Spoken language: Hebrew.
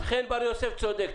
אז חן בר יוסף צודק.